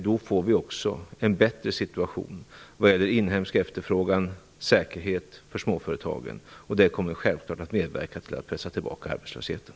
Då får vi också en bättre situation vad gäller inhemsk efterfrågan och säkerhet för småföretagen, och det kommer självklart att medverka till att pressa tillbaka arbetslösheten.